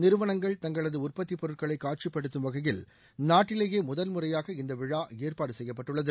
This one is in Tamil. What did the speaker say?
நிறுவனங்கள் தங்களது உற்பத்திப் பொருட்களை காட்சிப்படுத்தும் வகையில் நாட்டிலேயே முதல்முறையாக இந்த விழா ஏற்பாடு செய்யப்பட்டுள்ளது